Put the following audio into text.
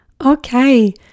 Okay